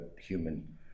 human